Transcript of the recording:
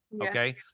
okay